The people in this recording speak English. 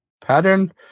Pattern